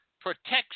protection